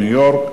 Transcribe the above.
ניו-יורק.